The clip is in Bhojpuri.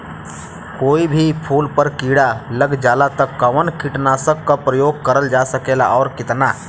कोई भी फूल पर कीड़ा लग जाला त कवन कीटनाशक क प्रयोग करल जा सकेला और कितना?